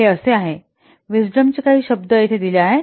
हे असे आहे विशडम चे काही शब्द येथे दिले आहेत